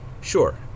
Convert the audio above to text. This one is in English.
Sure